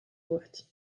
wordt